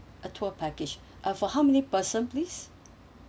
a tour package uh for how many person please